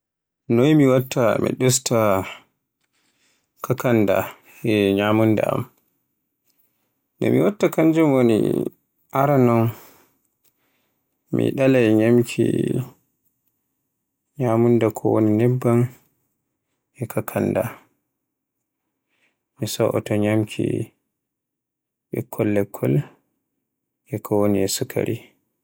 Noy mi watta mi ɗusta kakanda e ñyamunda am. Komi watta kanjum woni aranon, mi alay ñyamki ñyamunda ko woni nebban, e kakanda. Mi so'oto nyamki bɓkkol lekkol e ko woni e sukaari.